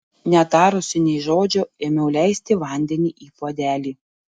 netarusi nė žodžio ėmiau leisti vandenį į puodelį